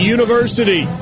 University